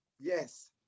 Yes